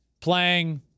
playing